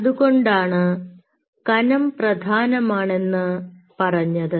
അതുകൊണ്ടാണ് കനം പ്രധാനമാണെന്ന് പറഞ്ഞത്